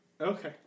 Okay